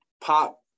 Pop